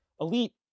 elite